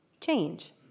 change